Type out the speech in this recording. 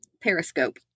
Periscope